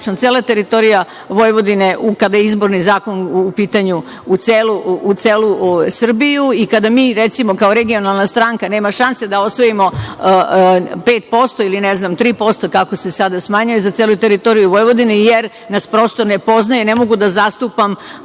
cela teritorija Vojvodine, kada je izborni zakon u pitanju, u celu Srbiju i kada mi, recimo, kao regionalna stranka nema šanse da osvojimo 5% ili 3% kako se sada smanjuje, za celu teritoriju Vojvodine, jer nas prosto ne poznaju i ne mogu da zastupam